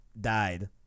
died